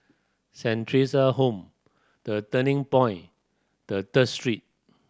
Saint Theresa's Home The Turning Point the Third Street